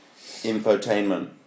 infotainment